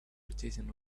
rotating